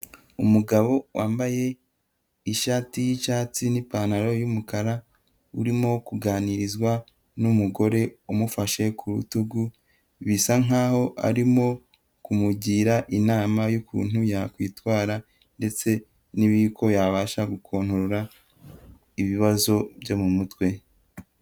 Umugabo wambaye ishati y'icyatsi n'ipantaro y'umukara, urimo kuganirizwa n'umugore umufashe ku rutugu, bisa nkaho arimo kumugira inama y'ukuntu yakwitwara ndetse n'ibiko yabasha gukontorora ibibazo byo mu mutwe.